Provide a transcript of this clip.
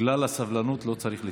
בגלל הסבלנות לא צריך להתלהם.